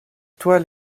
toile